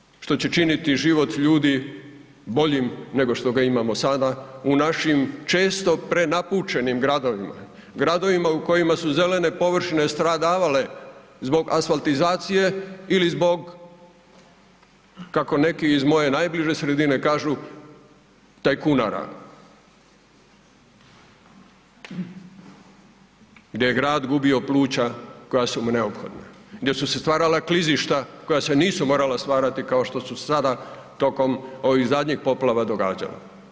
To je ono što će činiti život ljudi boljim nego što ga imamo sada u našim često prenapučenim gradovima, gradovima u kojima su zelene površine stradavale zbog asfaltizacije ili zbog, kako neki iz moje najbliže sredine kažu, tajkunara gdje je grad gubio pluća koja su mu neophodna, gdje su se stvarala klizišta koja se nisu morala stvarati kao što su sada tokom ovih zadnjih poplava događalo.